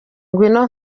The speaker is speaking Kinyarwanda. ngwino